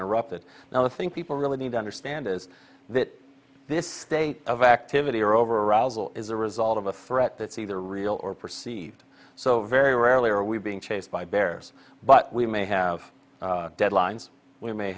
interrupted now the thing people really need to understand is that this state of activity or over or is a result of a threat that's either real or perceived so very rarely are we being chased by bears but we may have deadlines we may